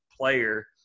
player